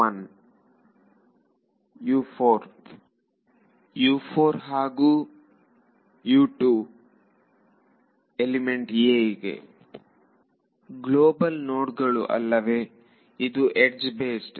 ವಿದ್ಯಾರ್ಥಿ U4 U4 ಹಾಗೂ ವಿದ್ಯಾರ್ಥಿ U2 ಎಲಿಮೆಂಟ್ a ಗೆ ವಿದ್ಯಾರ್ಥಿ ಗ್ಲೋಬಲ್ ನೋಡುಗಳು ಅಲ್ಲವೇ ಇದು ಎಡ್ಜ್ ಬೇಸ್ಡ್